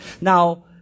Now